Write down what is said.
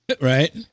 Right